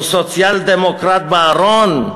הוא סוציאל-דמוקרט בארון?